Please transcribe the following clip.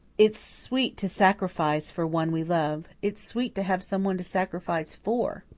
it's sweet to sacrifice for one we love it's sweet to have someone to sacrifice for,